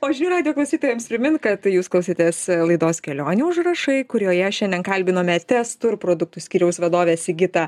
o žinių radijo klausytojams primint kad jūs klausėtės laidos kelionių užrašai kurioje šiandien kalbinome teztur produktų skyriaus vadovė sigita